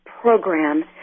program